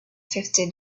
fifty